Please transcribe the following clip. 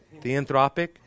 Theanthropic